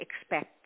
expect